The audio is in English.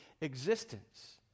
existence